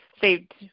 saved